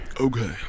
Okay